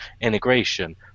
integration